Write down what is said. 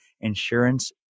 insurance